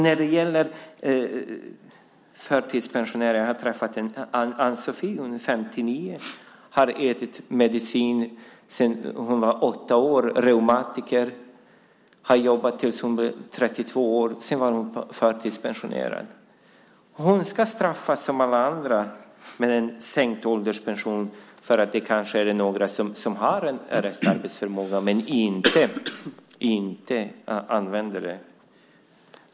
När det gäller förtidspensionärer har jag träffat Ann-Sofie. Hon är 59 år och har ätit medicin sedan hon var åtta år. Hon är reumatiker. Hon har jobbat tills hon blev 32 år. Sedan blev hon förtidspensionerad. Hon ska straffas som alla andra med en sänkt ålderspension för att det kanske är några som har en restarbetsförmåga men inte använder den.